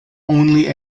only